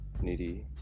needy